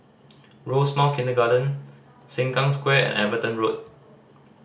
Rosemount Kindergarten Sengkang Square and Everton Road